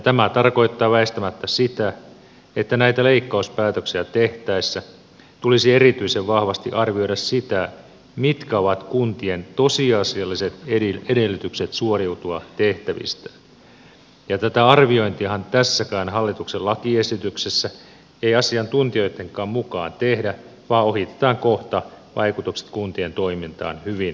tämä tarkoittaa väistämättä sitä että näitä leikkauspäätöksiä tehtäessä tulisi erityisen vahvasti arvioida sitä mitkä ovat kuntien tosiasialliset edellytykset suoriutua tehtävistään ja tätä arviointiahan tässäkään hallituksen lakiesityksessä ei asiantuntijoittenkaan mukaan tehdä vaan ohitetaan kohta vaikutukset kuntien toimintaan hyvin ylimalkaisesti